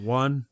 one